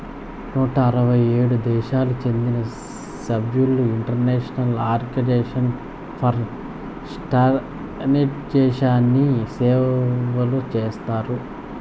నూట అరవై ఏడు దేశాలకు చెందిన సభ్యులు ఇంటర్నేషనల్ ఆర్గనైజేషన్ ఫర్ స్టాండర్డయిజేషన్ని సేవలు చేస్తున్నారు